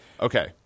okay